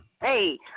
Hey